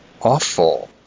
awful